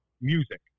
music